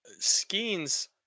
Skeens